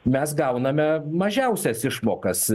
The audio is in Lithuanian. mes gauname mažiausias išmokas